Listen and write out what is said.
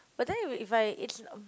but then if you if I it's um